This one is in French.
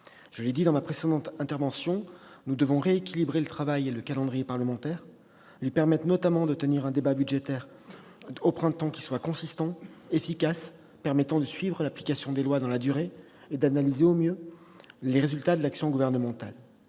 Je l'ai dit lors de ma précédente intervention : nous devons rééquilibrer le travail et le calendrier parlementaires, favoriser notamment la tenue d'un débat budgétaire de printemps consistant, efficace, permettant de suivre l'application des lois dans la durée et d'analyser au mieux les résultats de l'action gouvernementale.